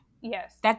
Yes